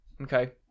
Okay